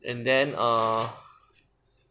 and then err